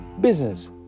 business